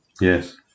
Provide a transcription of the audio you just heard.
Yes